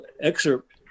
excerpt